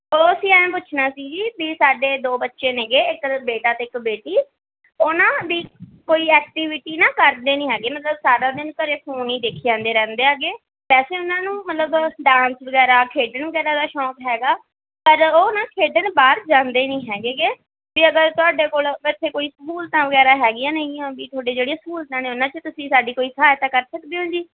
ਓ ਅਸੀਂ ਐਂ ਪੁੱਛਣਾ ਸੀ ਜੀ ਵੀ ਸਾਡੇ ਦੋ ਬੱਚੇ ਨੇਗੇ ਇੱਕ ਬੇਟਾ ਅਤੇ ਇੱਕ ਬੇਟੀ ਉਹ ਨਾ ਵੀ ਕੋਈ ਐਕਟੀਵਿਟੀ ਨਾ ਕਰਦੇ ਨਹੀਂ ਹੈਗੇ ਮਤਲਬ ਸਾਰਾ ਦਿਨ ਘਰ ਫੋਨ ਹੀ ਦੇਖੀ ਜਾਂਦੇ ਰਹਿੰਦੇ ਹੈਗੇ ਵੈਸੇ ਉਹਨਾਂ ਨੂੰ ਮਤਲਬ ਡਾਂਸ ਵਗੈਰਾ ਖੇਡਣ ਵਗੈਰਾ ਦਾ ਸ਼ੌਂਕ ਹੈਗਾ ਪਰ ਉਹ ਨਾ ਖੇਡਣ ਬਾਹਰ ਜਾਂਦੇ ਨਹੀਂ ਹੈਗੇ ਗੇ ਵੀ ਅਗਰ ਤੁਹਾਡੇ ਕੋਲ ਇੱਥੇ ਕੋਈ ਸਹੂਲਤਾਂ ਵਗੈਰਾ ਹੈਗੀਆਂ ਨੇਗੀਆਂ ਵੀ ਤੁਹਾਡੇ ਜਿਹੜੇ ਸਹੂਲਤਾਂ ਨੇ ਉਹਨਾਂ 'ਚ ਤੁਸੀਂ ਸਾਡੀ ਕੋਈ ਸਹਾਇਤਾ ਕਰ ਸਕਦੇ ਹੋ ਜੀ